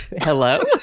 hello